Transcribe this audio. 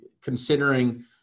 considering